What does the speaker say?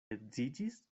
edziĝis